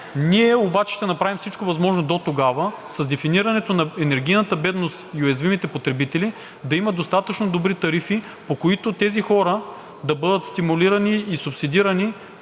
Ние обаче ще направим всичко възможно дотогава, с дефинирането на „енергийната бедност“ и „уязвимите потребители“, да има достатъчно добри тарифи, по които тези хора да бъдат стимулирани и субсидирани